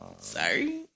Sorry